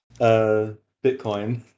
Bitcoin